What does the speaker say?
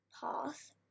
path